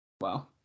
Wow